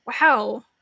Wow